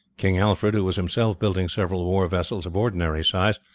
king alfred, who was himself building several war vessels of ordinary size,